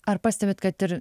ar pastebit kad ir